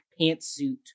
pantsuit